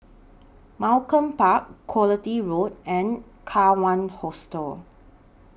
Malcolm Park Quality Road and Kawan Hostel